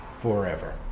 forever